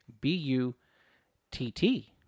B-U-T-T